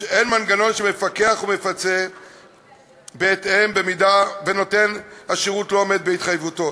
אין מנגנון שמפקח ומפצה בהתאם במקרה שנותן השירות לא עומד בהתחייבותו,